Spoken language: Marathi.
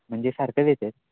म्हणजे सारखंच येतात